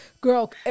Girl